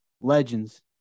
legends